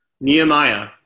Nehemiah